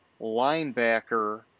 linebacker